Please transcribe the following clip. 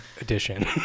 edition